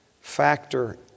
factor